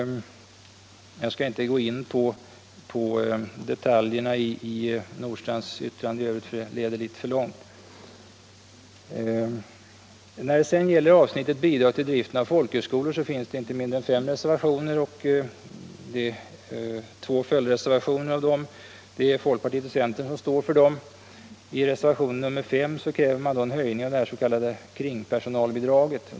Jag skall inte gå in på detaljerna i herr Nordstrandhs yttrande i övrigt, det leder litet för långt. Beträffande avsnittet Bidrag till driften av folkhögskolor finns inte mindre än fem reservationer. Av dem är två följdreservationer. Det är centern och folkpartiet som står för reservationerna här. I reservationen 5 kräver man en höjning av det s.k. kringpersonalbidraget.